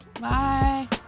Bye